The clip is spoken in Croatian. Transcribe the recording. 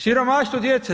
Siromaštvo djece?